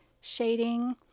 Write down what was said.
shading